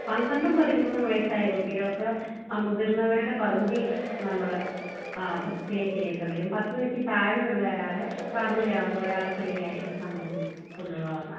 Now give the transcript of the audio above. പന്ത്രണ്ടും പതിമൂന്നും വയസ്സായ കുട്ടികൾക്ക് മുതിർന്നവരുടെ പകുതി നമ്മള് പേ ചെയ്യേണ്ടിവരും പത്തു വയസ്സില്ത്താഴെയുള്ള ഒരാള് ഫാമിലി ആവുമ്പോഴൊരാളെ ഫ്രീയായി നമുക്കു കൊണ്ടുപോകാവുന്നതാണ്